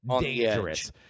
dangerous